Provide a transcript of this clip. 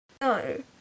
No